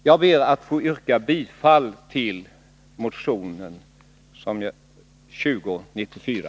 Jag ber att få yrka bifall till motion 2094.